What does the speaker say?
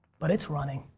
but it's running.